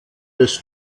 des